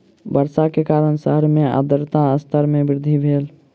वर्षा के कारण शहर मे आर्द्रता स्तर मे वृद्धि भेल